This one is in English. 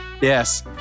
Yes